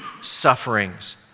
sufferings